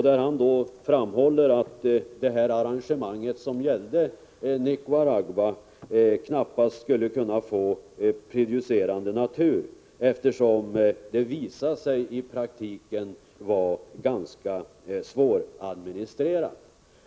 Där framhöll han att det arrangemang som gällde Nicaragua knappast skulle kunna få prejudicerande karaktär eftersom det visade sig i praktiken vara ganska svåradministrerat.